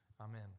Amen